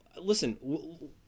listen